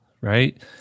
right